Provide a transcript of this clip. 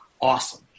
awesome